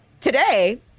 Today